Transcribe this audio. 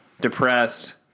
depressed